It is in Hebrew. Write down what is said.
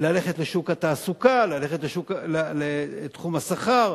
ללכת לשוק התעסוקה, ללכת לתחום השכר,